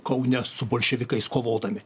kaune su bolševikais kovodami